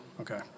okay